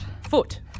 Foot